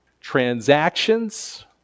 transactions